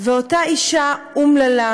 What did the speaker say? ואותה אישה אומללה,